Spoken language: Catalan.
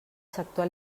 sector